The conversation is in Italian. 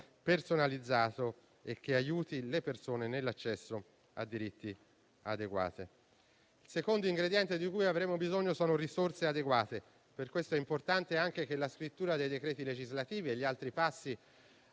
personalizzato che aiuti le persone nell'accesso a diritti adeguati. Il secondo ingrediente di cui avremo bisogno sono risorse adeguate: per questo è importante anche che la scrittura dei decreti legislativi e gli altri passi